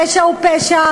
פשע הוא פשע,